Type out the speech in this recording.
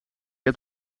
heb